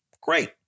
Great